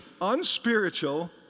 unspiritual